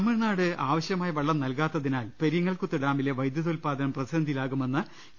തമിഴ്നാട് ആവശ്യമായ വെള്ളം നൽകാത്തതിനാൽ പെരിങ്ങൽകുത്ത് ഡാമിലെ വൈദ്യുത ഉത്പാദനം പ്രതിസന്ധിയിലാകുമെന്ന് കെ